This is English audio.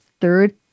Third